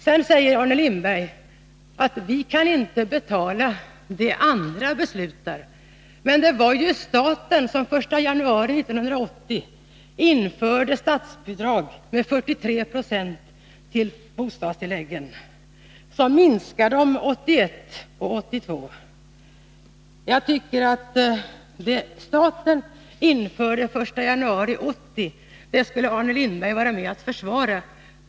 Vidare säger Arne Lindberg: Vi kan inte betala det andra beslutar. Men det var ju staten som den 1 januari 1980 införde statsbidrag med 43 96 till bostadstilläggen, och det är staten som minskar tilläggen 1981 och 1982. Jag tycker att det som staten införde den 1 januari 1980, det skulle Arne Lindberg vara med om att försvara.